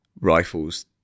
rifles